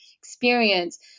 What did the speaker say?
experience